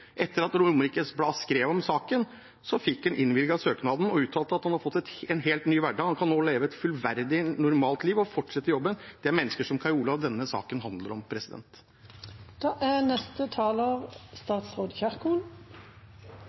Etter at Romerikes Blad skrev om saken, fikk han innvilget søknaden og uttalte at han har fått en helt ny hverdag. Han kan nå leve et fullverdig, normalt liv og fortsette i jobben. Det er mennesker som Kai Olav denne saken handler om.